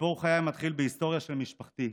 סיפור חיי מתחיל בהיסטוריה של משפחתי,